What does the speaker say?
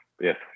yes